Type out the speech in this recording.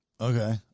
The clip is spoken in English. Okay